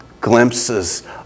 glimpses